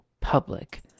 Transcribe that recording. public